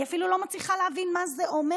אני אפילו לא מצליחה להבין מה זה אומר.